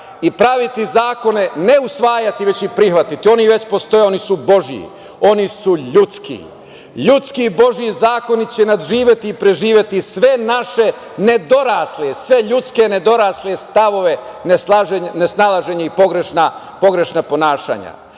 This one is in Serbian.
i praviti zakone, ne usvajati, već ih prihvatiti. Oni već postoje, oni su Božiji, oni su ljudski. Ljudski i Božiji zakoni će nadživeti i preživeti sve naše nedorasle, sve ljudske nedorasle stavove nesnalaženja i pogrešna ponašanja.U